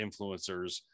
influencers